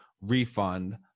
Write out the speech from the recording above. refund